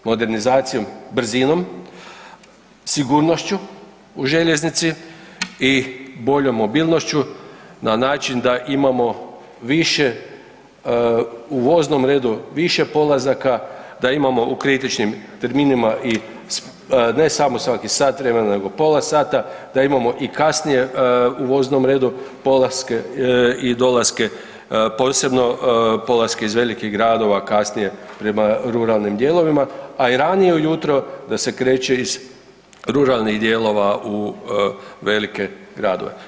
Modernizacijom, brzinom, sigurnošću u željeznici i boljom mobilnošću na način da imamo više, u voznom redu više polazaka, da imamo u kritičnim terminima i ne samo svakih sat vremena nego pola sata, da imamo i kasnije u voznom redu polaske i dolaske, posebno polaske iz velikih gradova kasnije prema ruralnim dijelovima, a i ranije ujutro da se kreće iz ruralnih dijelova u velike gradove.